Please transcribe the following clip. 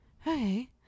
hey